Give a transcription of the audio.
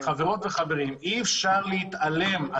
חברות וחברים, אי-אפשר להתעלם.